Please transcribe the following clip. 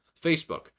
Facebook